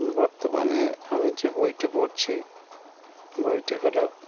বর্তমানে আমি যে বইটি পড়ছি বইটি হলো